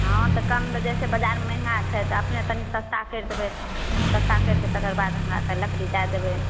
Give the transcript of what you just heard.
हँ तऽ कममे जैसे बजारमे महँगा छै तऽ अपने तनी सस्ता करि देबै सस्ता करिके तेकर बाद हमरा से लकड़ी दै देबै